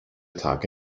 tage